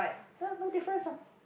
ya no difference what